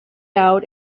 out